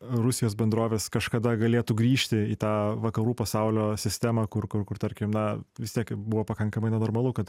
rusijos bendrovės kažkada galėtų grįžti į tą vakarų pasaulio sistemą kur kur kur tarkim na vis tiek kai buvo pakankamai na normalu kad